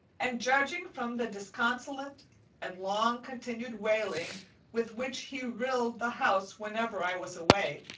and judging from the disconsolate and long-continued wailing with which he rilled the house whenever i was away,